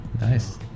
Nice